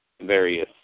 various